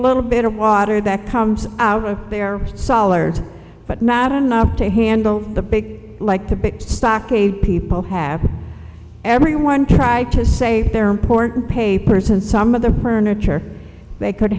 little bit of water that comes out of their sollars but not enough to handle the big like the big stockade people have everyone try to save their important papers and some of the burner they could